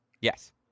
Yes